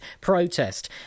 protest